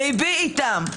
ליבי איתם.